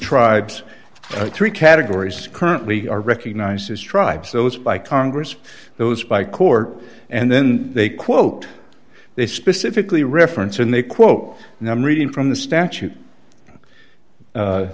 tribes three categories currently are recognized his tribes those by congress those by court and then they quote they specifically reference in the quote and i'm reading from the statute